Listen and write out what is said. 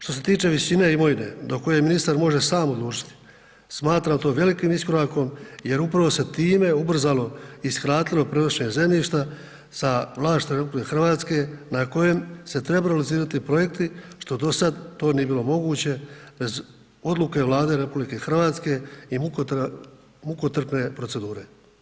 Što se tiče visine imovine do koje ministar može sam odlučiti, smatram to velikim iskorakom jer upravo se time ubrzalo i skratilo prenošenje zemljišta sa vlasništva RH na kojem se trebaju realizirati projekti što do sada to nije bilo moguće bez odluke Vlade RH i mukotrpne procedure.